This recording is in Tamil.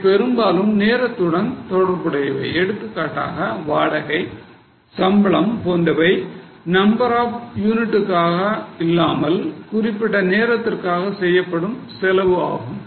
இவை பெரும்பாலும் நேரத்துடன் தொடர்புடையவை எடுத்துக்காட்டாக வாடகை சம்பளம் போன்றவை number of units காக இல்லாமல் குறிப்பிட்ட நேரத்திற்காக செய்யப்படும் செலவு ஆகும்